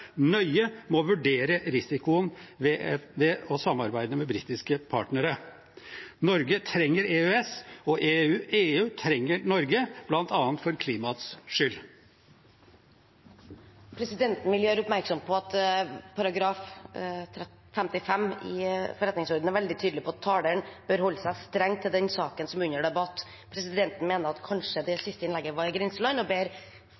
nøye må vurdere risikoen ved å samarbeide med britiske partnere. Norge trenger EØS, og EU trenger Norge, bl.a. for klimaets skyld. Presidenten vil gjøre oppmerksom på at § 55 i forretningsordenen er veldig tydelig på at taleren bør holde seg strengt til den saken som er under debatt. Presidenten mener at det siste innlegget kanskje var i grenseland og